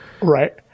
Right